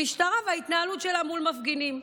המשטרה וההתנהלות שלה מול מפגינים,